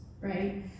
right